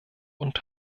und